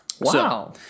Wow